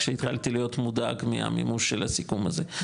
כשהתחלתי להיות מודאג מהמימוש של הסיכום הזה.